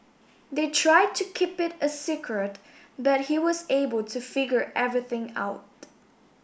they tried to keep it a secret but he was able to figure everything out